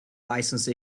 license